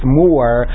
more